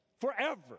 forever